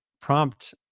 prompt